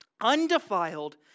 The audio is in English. undefiled